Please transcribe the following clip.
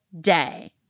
day